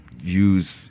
use